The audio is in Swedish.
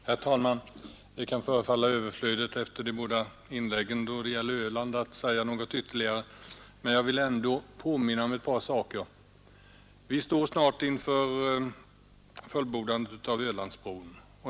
Herr talman! Det kan förefalla överflödigt efter de båda inläggen om Öland att säga någonting ytterligare, men jag vill ändå påminna om ett par saker. Vi står snart inför fullbordandet av Ölandsbron.